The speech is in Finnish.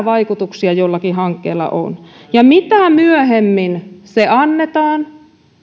vaikutuksia jollakin hankkeella on ja mitä myöhemmin se annetaan